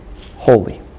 holy